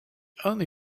only